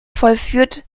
vollführt